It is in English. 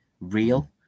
real